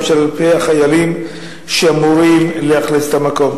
של אלפי החיילים שאמורים לאכלס את המקום.